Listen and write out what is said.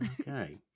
okay